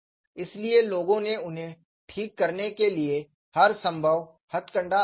इसलिए लोगों ने उन्हें ठीक करने के लिए हर संभव हथकंडा आजमाया